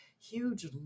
huge